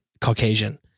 Caucasian